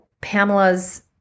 Pamela's